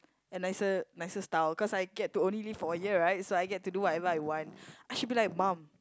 and nicer nicer style cause I get to only live for a year right so I get to do whatever I want I should be like mum